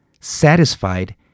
satisfied